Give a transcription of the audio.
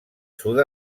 sud